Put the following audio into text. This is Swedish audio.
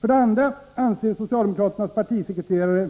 För det andra anser socialdemokraternas partisekreterare